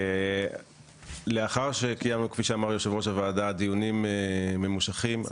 לאחר שקיימנו דיונים ממושכים,